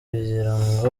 kugirango